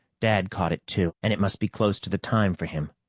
dad caught it, too, and it must be close to the time for him.